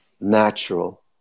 natural